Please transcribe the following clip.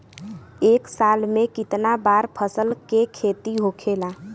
एक साल में कितना बार फसल के खेती होखेला?